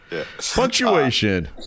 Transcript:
Punctuation